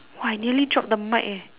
!wah! I nearly drop the mic leh